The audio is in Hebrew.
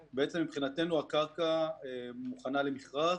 מבחינתנו, הקרקע מוכנה למכרז.